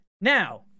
Now